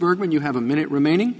byrd when you have a minute remaining